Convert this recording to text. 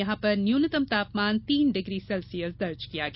यहां न्यूनतम तापमान तीन डिग्री सेल्सियस दर्ज किया गया